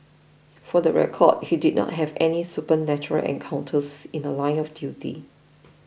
for the record he did not have any supernatural encounters in The Line of duty